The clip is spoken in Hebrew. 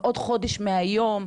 בעוד חודש מהיום,